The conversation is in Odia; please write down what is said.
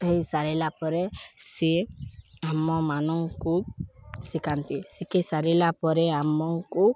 ହୋଇସାରିଲା ପରେ ସିଏ ଆମମାନଙ୍କୁ ଶିଖାନ୍ତି ଶିଖି ସାରିଲା ପରେ ଆମକୁ